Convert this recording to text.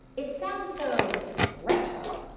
it sounds so retro.